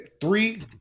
Three